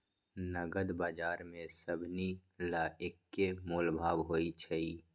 नगद बजार में सभनि ला एक्के मोलभाव होई छई